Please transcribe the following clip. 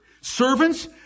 Servants